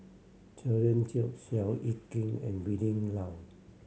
Cherian George Seow Yit Kin and Willin Low